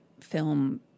film